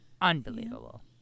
Unbelievable